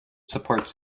supports